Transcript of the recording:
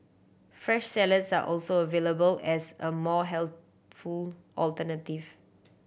fresh salads are also available as a more healthful alternative